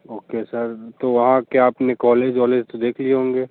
okay sir तो वहाँ क्या अपने कौलेज औलेज तो देख ही लिए होंगे